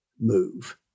move